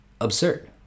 absurd